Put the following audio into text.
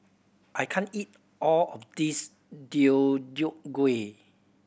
I can't eat all of this Deodeok Gui